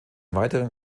weiteren